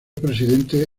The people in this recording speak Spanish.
presidente